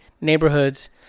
neighborhoods